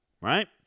Right